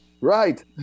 Right